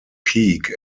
peak